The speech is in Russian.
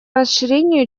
расширению